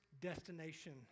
destination